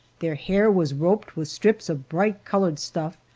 their hair was roped with strips of bright-colored stuff,